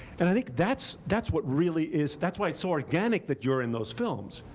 and i think that's that's what really is that's why it's so organic that you're in those films.